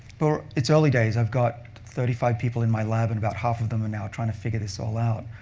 but it's early days. i've got thirty five people in my lab, and about half of them are now trying to figure this all out.